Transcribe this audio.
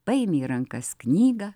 paimi į rankas knygą